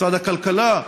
משרד הכלכלה?